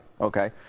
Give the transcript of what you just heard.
Okay